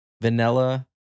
vanilla